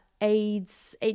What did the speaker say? aids